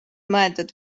mõeldud